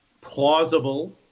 plausible